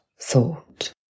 thought